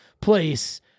place